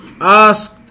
asked